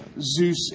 Zeus